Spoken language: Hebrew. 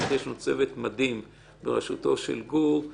יש לנו צוות מדהים בראשותו של גור.